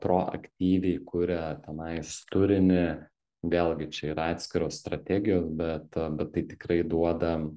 proaktyviai kuria tenais turinį vėlgi čia yra atskiros strategijos bet bet tai tikrai duoda